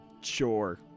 Sure